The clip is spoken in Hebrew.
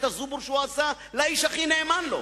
תראה את הזובור שהוא עשה לאיש שהכי נאמן לו.